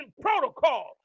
protocol